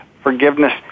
Forgiveness